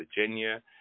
Virginia